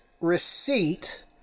receipt